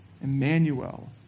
Emmanuel